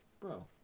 Bro